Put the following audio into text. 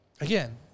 again